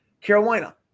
Carolina